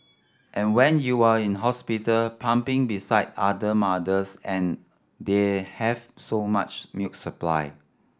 and when you're in hospital pumping beside other mothers and they have so much milk supply